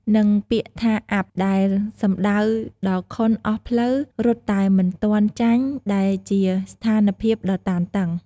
និងពាក្យថា អាប់ ដែលសំដៅដល់ខុនអស់ផ្លូវរត់តែមិនទាន់ចាញ់ ដែលជាស្ថានភាពដ៏តានតឹង។